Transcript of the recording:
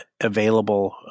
available